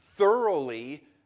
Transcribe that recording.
Thoroughly